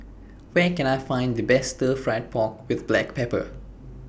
Where Can I Find The Best Stir Fried Pork with Black Pepper